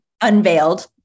unveiled